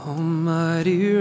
Almighty